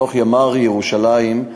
בתוך ימ"ר ירושלים,